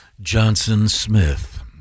Johnson-Smith